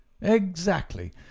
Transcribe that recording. Exactly